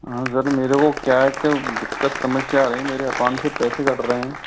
हाँ सर मेरे को क्या है के दिक्कत समस्या है मेरे अकाउंट से पैसे कट रहें हैं